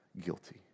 guilty